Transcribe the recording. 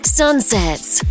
sunsets